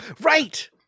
Right